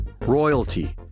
royalty